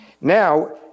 Now